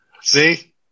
See